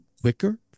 quicker